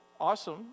Awesome